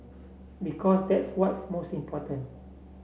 because that's what's most important